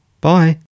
Bye